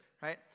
right